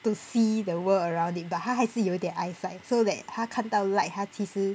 to see the world around it 它还是有点 eyesight so that 它看到 light 它其实